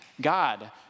God